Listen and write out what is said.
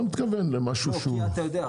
אני לא מתכוון למשהו שהוא --- אתה יודע,